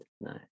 no